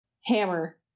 Hammer